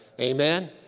amen